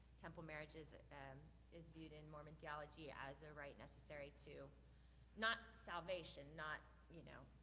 temple marriages and is viewed in mormon theology as a rite necessary to not salvation, not, you know,